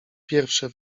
pierwsze